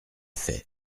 faits